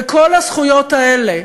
וכל הזכויות האלה,